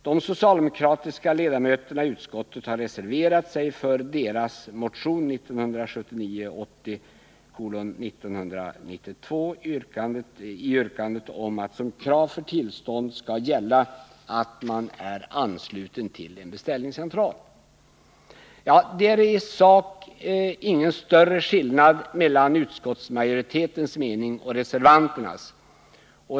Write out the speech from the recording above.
De socialdemokratiska ledamöterna i utskottet har reserverat sig för sin motion 1979/80:1992, i yrkandet om att som krav för tillstånd skall gälla att åkaren är ansluten till en beställningscentral. Det är i sak ingen större skillnad mellan utskottsmajoritetens mening och reservanternas.